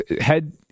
head